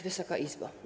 Wysoka Izbo!